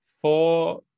four